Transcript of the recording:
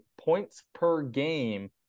points-per-game